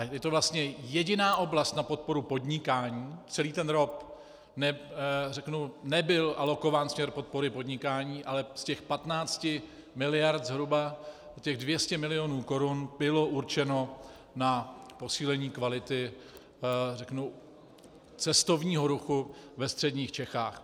Je to vlastně jediná oblast na podporu podnikání, celý ten ROP, řeknu, nebyl alokován na směr podpory podnikání, ale z těch 15 miliard zhruba těch 200 milionů korun bylo určeno na posílení kvality cestovního ruchu ve středních Čechách.